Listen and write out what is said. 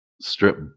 strip